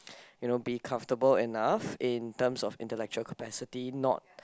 you know be comfortable enough in terms of intelligent capacity not